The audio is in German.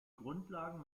grundlagen